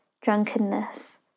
drunkenness